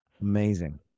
Amazing